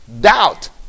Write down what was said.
Doubt